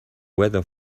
weather